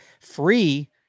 free